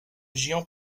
géant